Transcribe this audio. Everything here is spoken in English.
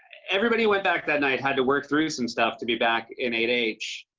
everybody went back that night, had to work through some stuff to be back in eight h.